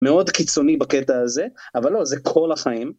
מאוד קיצוני בקטע הזה, אבל לא, זה כל החיים.